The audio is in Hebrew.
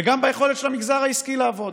וגם ביכולת של המגזר העסקי לעבוד.